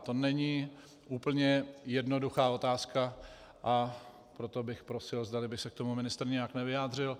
To není úplně jednoduchá otázka, a proto bych prosil, zdali by se k tomu ministr nějak nevyjádřil.